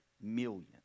million